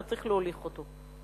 שצריך להוליך אותו.